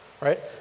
right